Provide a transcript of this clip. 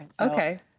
Okay